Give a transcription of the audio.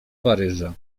paryża